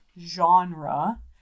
genre